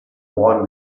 vaughan